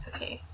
Okay